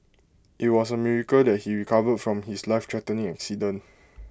IT was A miracle that he recovered from his lifethreatening accident